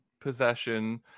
Possession